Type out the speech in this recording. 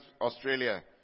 Australia